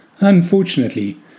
Unfortunately